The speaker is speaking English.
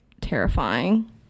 terrifying